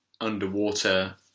underwater